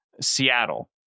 Seattle